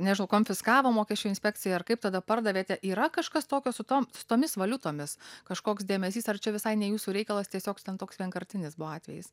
nežinau konfiskavo mokesčių inspekcija ar kaip tada pardavėte yra kažkas tokio su tom su tomis valiutomis kažkoks dėmesys ar čia visai ne jūsų reikalas tiesiog ten toks vienkartinis buvo atvejis